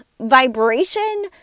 vibration